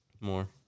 More